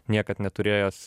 niekad neturėjęs